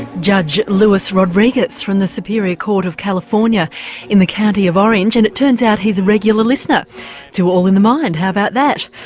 and judge luis rodriguez, from the superior court of california in the county of orange, and it turns out he's a regular listener to all in the mind how about that?